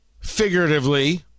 Figuratively